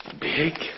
Big